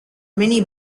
many